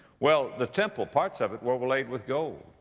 well the temple, parts of it, were overlaid with gold.